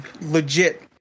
legit